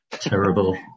Terrible